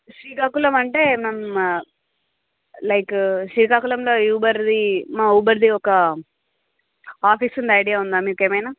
శ్రీకాకుళం అంటే నమ్ లైకు శ్రీకాకుళంలో యూబర్ది మా ఊబర్ది ఒక ఆఫీసుంది ఐడియా ఉందా మీకేమైనా